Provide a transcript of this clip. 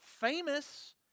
famous